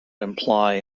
imply